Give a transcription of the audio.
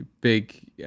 big